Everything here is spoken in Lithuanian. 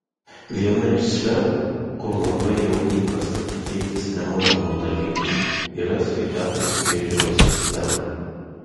viena iš sferų kur labai jau įprasta tikėtis nemokamų dalykų yra sveikatos priežiūros sistema